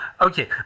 Okay